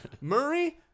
Murray